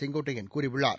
செங்கோட்டையன் கூறியுள்ளார்